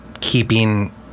Keeping